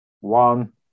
one